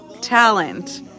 talent